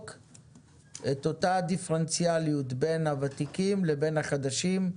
את אותה הדיפרנציאליות בין הוותיקים לבין החדשים,